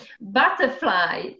Butterfly